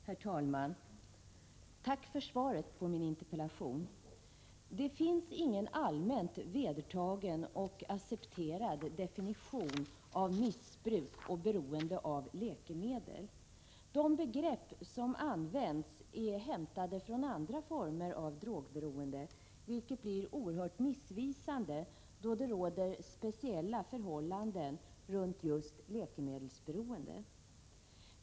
Herr talman! Tack för svaret på min interpellation. Det finns ingen allmänt vedertagen och accepterad definition av missbruk och beroende av läkemedel. De begrepp som används är hämtade från andra former av drogberoende, vilket blir oerhört missvisande då det råder speciella förhållanden just runt läkemedelsberoende.